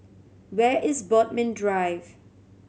where is Bodmin Drive